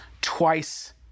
twice